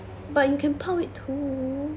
but you can 泡 it too